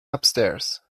upstairs